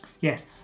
Yes